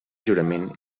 jurament